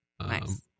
Nice